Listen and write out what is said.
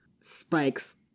Spike's